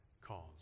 cause